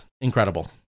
incredible